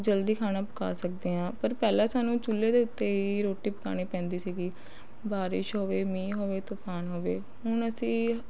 ਜਲਦੀ ਖਾਣਾ ਪਕਾ ਸਕਦੇ ਹਾਂ ਪਰ ਪਹਿਲਾਂ ਸਾਨੂੰ ਚੁੱਲ੍ਹੇ ਦੇ ਉੱਤੇ ਹੀ ਰੋਟੀ ਪਕਾਉਣੀ ਪੈਂਦੀ ਸੀਗੀ ਬਾਰਿਸ਼ ਹੋਵੇ ਮੀਂਹ ਹੋਵੇ ਤੂਫ਼ਾਨ ਹੋਵੇ ਹੁਣ ਅਸੀਂ